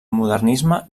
modernisme